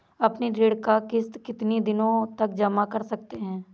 अपनी ऋण का किश्त कितनी दिनों तक जमा कर सकते हैं?